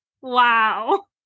Wow